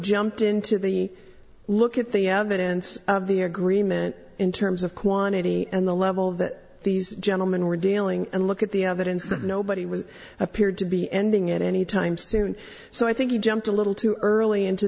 jumped into the look at the evidence of the agreement in terms of quantity and the level that these gentlemen were dealing and look at the evidence that nobody was appeared to be ending at anytime soon so i think you jumped a little too early into